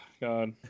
God